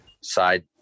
side